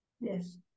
yes